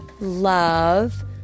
love